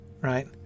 right